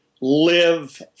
live